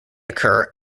occur